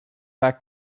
back